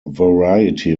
variety